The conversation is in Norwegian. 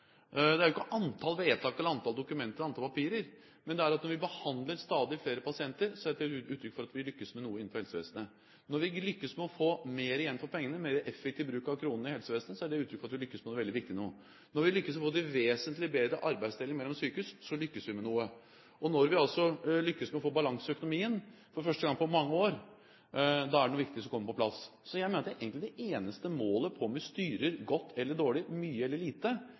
det er jo ikke antall vedtak, antall dokumenter eller antall papirer. Men når vi behandler stadig flere pasienter, er det et uttrykk for at vi lykkes med noe innenfor helsevesenet. Når vi lykkes med å få mer igjen for pengene og mer effektiv bruk av kronene i helsevesenet, er det uttrykk for at vi lykkes med noe veldig viktig. Når vi lykkes med å få til en vesentlig bedre arbeidsdeling mellom sykehus, lykkes vi med noe. Og når vi lykkes med å få balanse i økonomien, for første gang på mange år, er det noe viktig som kommer på plass. Jeg mener at det eneste målet på om vi styrer godt eller dårlig, mye eller lite,